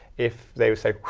if they were saying